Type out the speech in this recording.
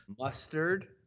Mustard